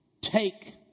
take